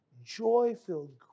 joy-filled